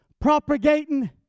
Propagating